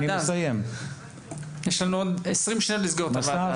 יש לנו עוד עשרים שניות לסגור את הוועדה.